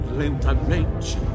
lentamente